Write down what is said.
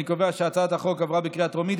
אני קובע שהצעת החוק עברה בקריאה טרומית,